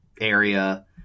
area